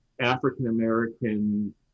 African-American